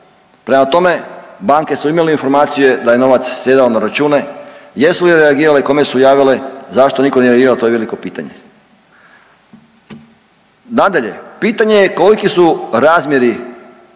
prema tome banke su imale informacije da je novac sjedao na račune, jesu li reagirale, kome su javile, zašto niko nije reagirao to je veliko pitanje. Nadalje, pitanje je koliki su razmjeri